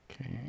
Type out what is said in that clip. Okay